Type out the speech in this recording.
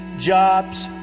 Jobs